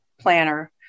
planner